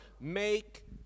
make